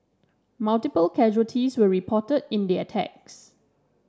multiple casualties were reported in the attacks